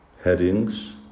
headings